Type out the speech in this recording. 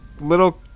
little